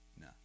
No